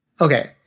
Okay